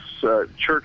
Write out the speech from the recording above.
church